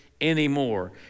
anymore